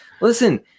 Listen